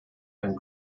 ein